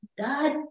god